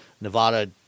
Nevada